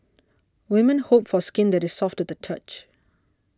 women hope for skin that is soft to the touch